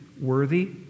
worthy